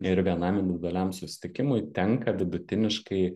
ir vienam individualiam susitikimui tenka vidutiniškai